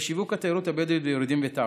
שיווק התיירות הבדואית בירידים ובתערוכות.